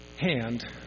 hand